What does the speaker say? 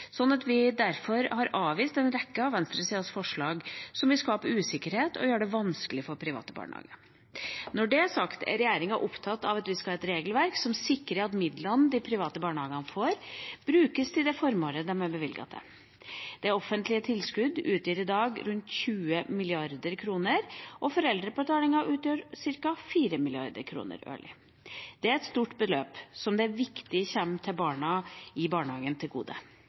Vi har derfor avvist en rekke av venstresidas forslag som vil skape usikkerhet og gjøre det vanskelig for private barnehager. Når det er sagt, er regjeringa opptatt av at vi skal ha et regelverk som sikrer at midlene de private barnehagene får, brukes til det formålet de er bevilget til. De offentlige tilskuddene utgjør i dag rundt 20 mrd. kr, og foreldrebetalingen utgjør ca. 4 mrd. kr årlig. Dette er store beløp som det er viktig kommer barna i barnehagen til gode.